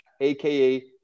aka